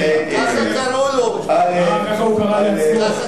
ככה קראו לו.